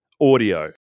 audio